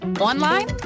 online